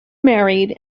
married